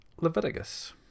Leviticus